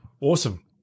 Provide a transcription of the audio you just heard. Awesome